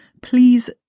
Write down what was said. Please